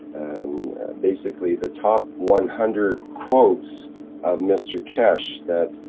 and basically, the top one hundred quotes of mr keshe, that.